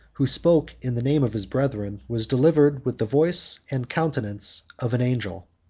who spoke in the name of his brethren, was delivered with the voice and countenance of an angel.